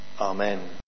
Amen